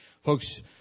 Folks